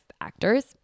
actors